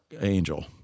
Angel